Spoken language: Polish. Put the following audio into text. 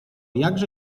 jakże